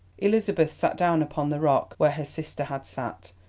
elizabeth sat down upon the rock where her sister had sat,